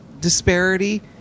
disparity